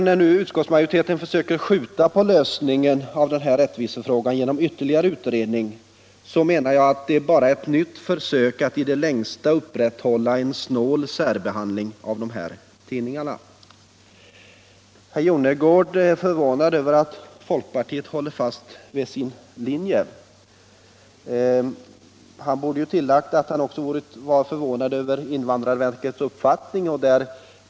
När nu utskottsmajoriteten försöker skjuta upp lösningen av den här rättvisefrågan genom ytterligare utredning, menar jag att det bara är ett nytt försök att i det längsta upprätthålla en snål särbehandling av dessa tidningar. Herr Jonnergård är förvånad över att folkpartiet håller fast vid sin linje. Han borde ha tillagt att han också var förvånad över invandrarverkets uppfattning.